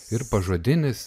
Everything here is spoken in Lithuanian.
ir pažodinis